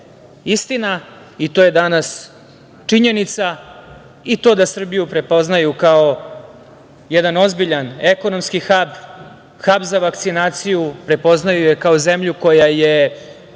istina i to je danas činjenica i to da Srbiju prepoznaju kao jedan ozbiljan ekonomski hab, hab za vakcinaciju. Prepoznaju je kao zemlju koja je